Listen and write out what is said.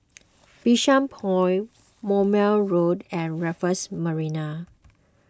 Bishan Point Moulmein Road and Raffles Marina